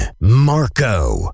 Marco